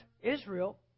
Israel